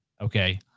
Okay